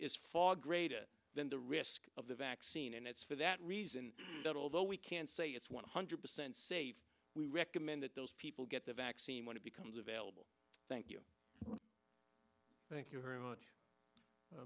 is far greater than the risk of the vaccine and it's for that reason that although we can't say it's one hundred percent safe we recommend that those people get the vaccine when it becomes available thank you thank you very much